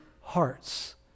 hearts